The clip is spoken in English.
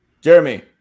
Jeremy